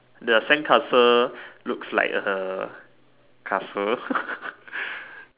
the sandcastle looks like a castle